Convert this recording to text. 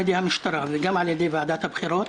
ידי המשטרה וגם על ידי ועדת הבחירות,